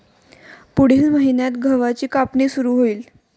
पुढील महिन्यात गव्हाची कापणी सुरू होईल